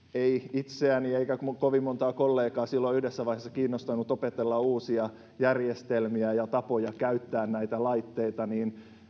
itseäni eikä kovin montaa kollegaa silloin yhdessä vaiheessa kiinnostanut opetella uusia järjestelmiä ja tapoja käyttää näitä laitteita